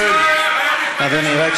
תעשה את זה, לא בזמן ז'בוטינסקי, השתלטות.